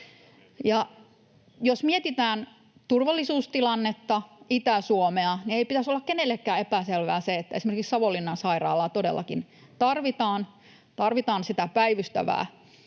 jos mietitään turvallisuustilannetta, Itä-Suomea, niin ei pitäisi olla kenellekään epäselvää se, että esimerkiksi Savonlinnan sairaalaan todellakin tarvitaan sitä päivystävää